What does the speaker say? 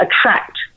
attract